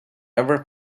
ever